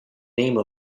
name